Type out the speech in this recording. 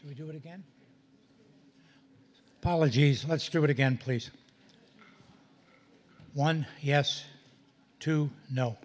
again we do it again apologies let's do it again please one yes two no